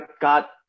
got